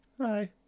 Hi